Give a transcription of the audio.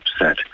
upset